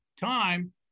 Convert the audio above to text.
time